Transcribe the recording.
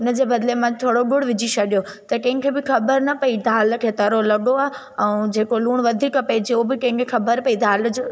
उन जे बदिले मां थोरो ॻुड़ु विझी छॾियो त कंहिंखे बि ख़बरु न पई दाल खे तरो लॻो आहे ऐं जेको लूणु वधीक पइजी वियो हो बि कंहिंखे ख़बरु पई दाल जो